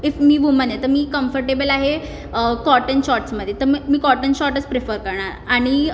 if मी woman आहे तर मी कम्फर्टेबल आहे कॉटन शॉर्ट्समध्ये तर मग मी कॉटन शॉर्टच प्रिफर करणार आणि